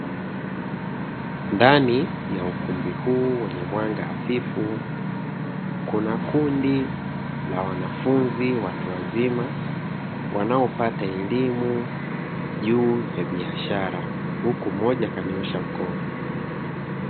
Ndani ya ukumbi huu wenye mwanga hafifu kuna kundi la wanafunzi watu wazima wanaopata elimu juu ya biashara, huku mmoja kanyoosha mkono.